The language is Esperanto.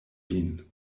vin